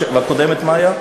והקודמת מה הייתה?